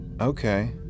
Okay